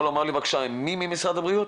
לומר לי בבקשה עם מי ממשרד הבריאות?